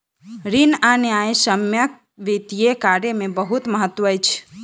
ऋण आ न्यायसम्यक वित्तीय कार्य में बहुत महत्त्व अछि